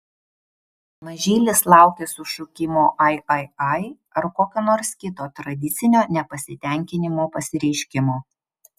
mažylis laukia sušukimo ai ai ai ar kokio nors kito tradicinio nepasitenkinimo pasireiškimo